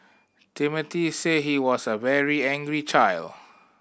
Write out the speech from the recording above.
Timothy said he was a very angry child